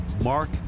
Mark